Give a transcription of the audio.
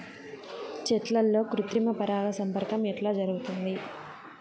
చెట్లల్లో కృత్రిమ పరాగ సంపర్కం ఎట్లా జరుగుతుంది?